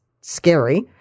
scary